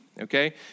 okay